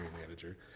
manager